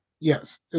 Yes